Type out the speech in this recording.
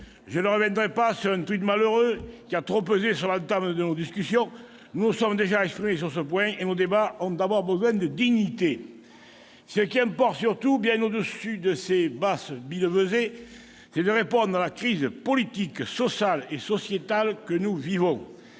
Je ne reviendrai pas sur un malheureux qui a trop pesé sur l'entame de nos discussions. Nous nous sommes déjà exprimés sur ce point, et nos débats ont d'abord besoin de dignité. Bravo ! Ce qui importe surtout, bien au-dessus de ces basses billevesées, c'est de répondre à la crise politique, sociale et sociétale que nous vivons.